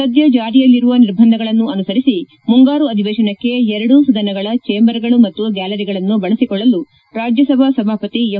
ಸದ್ಯ ಜಾರಿಯಲ್ಲಿರುವ ನಿರ್ಬಂಧಗಳನ್ನು ಅನುಸರಿಸಿ ಮುಂಗಾರು ಅಧಿವೇಶನಕ್ಕೆ ಎರಡೂ ಸದನಗಳ ಚೇಂಬರ್ಗಳು ಮತ್ತು ಗ್ನಾಲರಿಗಳನ್ನು ಬಳಸಿಕೊಳ್ಳಲು ರಾಜ್ಯಸಭಾ ಸಭಾಪತಿ ಎಂ